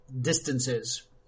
distances